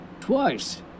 Twice